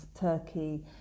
Turkey